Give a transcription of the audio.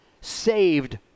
saved